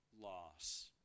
loss